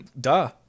duh